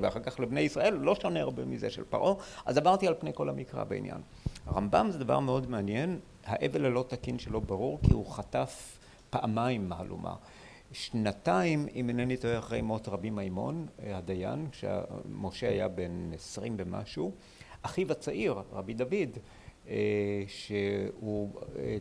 ואחר כך לבני ישראל לא שונה הרבה מזה של פרעה, אז עברתי על פני כל המקרא בעניין. רמב״ם זה דבר מאוד מעניין האבל הלא תקין שלו ברור כי הוא חטף פעמיים מהלומה. שנתיים אם אינני טועה אחרי מות רבי מימון הדיין כשמשה היה בן עשרים ומשהו אחיו הצעיר רבי דוד שהוא